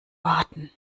warten